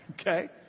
Okay